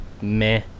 meh